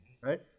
Right